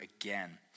again